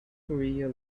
korea